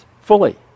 fully